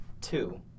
two